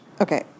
Okay